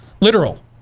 Literal